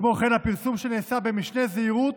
כמו כן, הפרסום נעשה במשנה זהירות